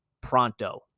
pronto